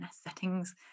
settings